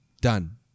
done